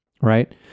right